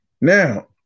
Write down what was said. Now